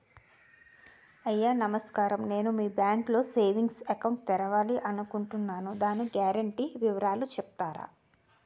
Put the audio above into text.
అయ్యా నమస్కారం నేను మీ బ్యాంక్ లో సేవింగ్స్ అకౌంట్ తెరవాలి అనుకుంటున్నాను దాని గ్యారంటీ వివరాలు చెప్తారా?